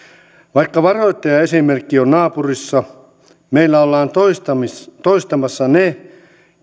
vaikka varoittava esimerkki on naapurissa meillä ollaan toistamassa toistamassa ne